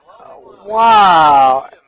wow